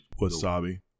wasabi